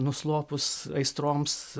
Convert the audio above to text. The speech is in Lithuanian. nuslopus aistroms